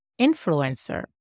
influencer